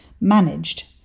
managed